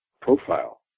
profile